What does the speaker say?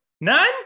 None